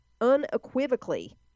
unequivocally